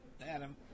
Adam